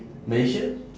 malaysia